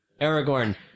Aragorn